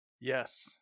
Yes